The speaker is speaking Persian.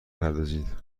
بپردازید